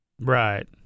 right